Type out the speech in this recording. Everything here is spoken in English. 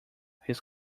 his